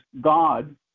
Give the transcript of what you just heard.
God